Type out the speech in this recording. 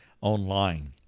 online